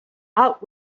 out